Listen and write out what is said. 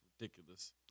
ridiculous